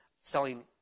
selling